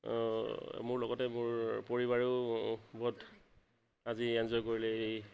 মোৰ লগতে মোৰ পৰিবাৰেও বহুত আজি এনজয় কৰিলে এই